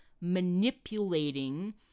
manipulating